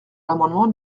l’amendement